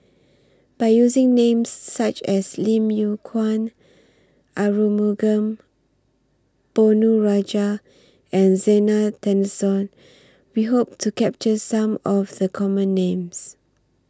By using Names such as Lim Yew Kuan Arumugam Ponnu Rajah and Zena Tessensohn We Hope to capture Some of The Common Names